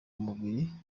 mubiri